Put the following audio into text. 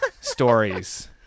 stories